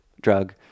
drug